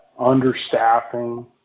understaffing